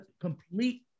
complete